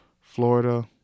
Florida